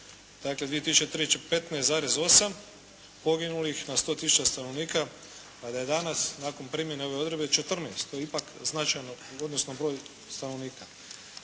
dakle 2003. 15,8 poginulih na 100000 stanovnika, a da je danas nakon primjene ove odredbe 14. To je ipak značajno u odnosu na broj stanovnika.